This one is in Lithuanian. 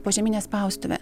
požeminė spaustuvė